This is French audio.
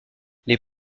les